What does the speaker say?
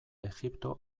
egipto